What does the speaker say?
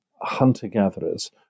hunter-gatherers